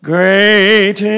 Great